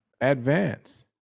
advance